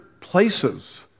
places